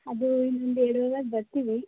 ಅದು ಇನ್ನೊಂದು ಎರಡು ಅವರ್ ಬರ್ತೀವಿ